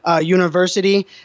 University